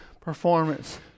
performance